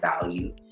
value